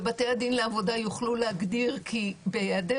ובתי הדין לעבודה יוכלו להגדיר כי בהיעדר